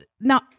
now